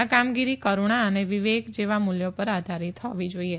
આ કામગીરી કરૂણા અને વિવેક જેવા મુલ્યો પર આધારીત હોવી જાઇએ